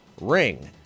Ring